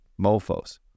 mofos